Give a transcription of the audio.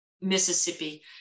Mississippi